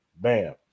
bam